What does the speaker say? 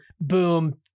boom